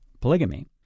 polygamy